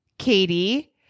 Katie